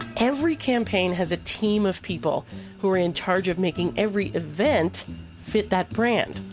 every campaign has a team of people who are in charge of making every event fit that brand.